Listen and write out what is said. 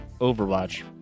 overwatch